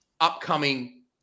upcoming